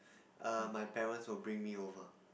err my parents will bring me over